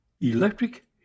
Electric